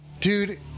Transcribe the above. Dude